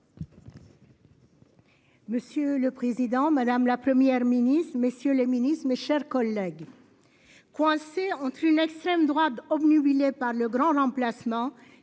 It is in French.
Monsieur le président, madame, la Première ministre, messieurs les ministres, mes chers collègues. Coincé entre une extrême droite obnubilé par le grand remplacement